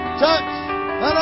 touch